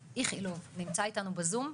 מאיכילוב, נמצא איתנו בזום.